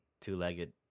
two-legged